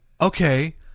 okay